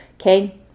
Okay